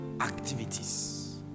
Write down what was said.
activities